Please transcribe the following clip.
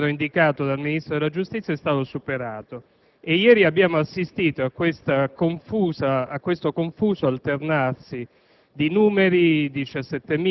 Da tempo il numero indicato dal Ministro della giustizia è stato superato. Ieri, abbiamo assistito a un confuso alternarsi